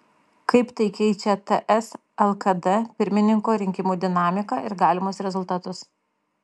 kaip tai keičia ts lkd pirmininko rinkimų dinamiką ir galimus rezultatus